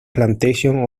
plantation